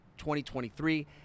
2023